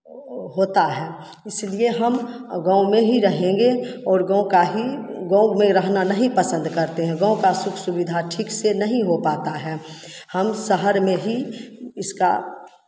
होता है इसलिए हम गाँव में ही रहेंगे और गाँव का ही गाँव में रहना नहीं पसंद करते हैं गाँव का सुख सुविधा ठीक से नहीं हो पाता है हम शहर में ही इसका